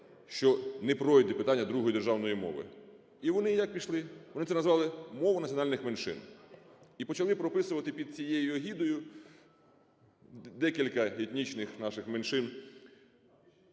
що не пройде питання другої державної мови. І вони як пішли? Вони це назвали "мова національних меншин" і почали прописувати під цією егідою декілька етнічних наших меншин.